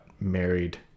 married